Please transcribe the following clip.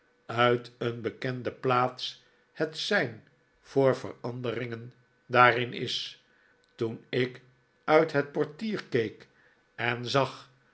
uit een bekende plaats het sein voor veranderingen daarin is toen ik uit het portier keek en zag